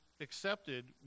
accepted